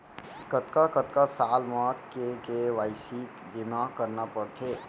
कतका कतका साल म के के.वाई.सी जेमा करना पड़थे?